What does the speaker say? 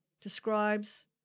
describes